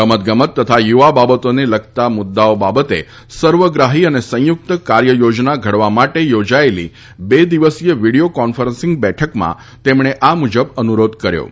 રમતગમત તથા યુવા બાબતોને લગતા મુદ્દાઓ બાબતે સર્વગ્રાહી અને સંયુક્ત કાર્યયોજના ઘડવા માટે યોજાયેલી બે દિવસીય વીડિયો કોન્ફરન્સિંગબેઠકમાં તેમણે આ મુજબ અનુરોધ કર્યો હતો